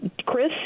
Chris